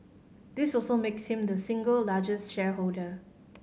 this also makes him the single largest shareholder